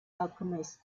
alchemist